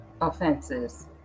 offenses